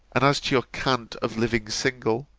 and as to your cant of living single,